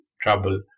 trouble